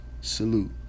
salute